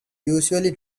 usually